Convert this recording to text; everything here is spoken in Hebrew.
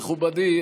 מכובדי,